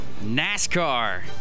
NASCAR